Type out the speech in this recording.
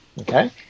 okay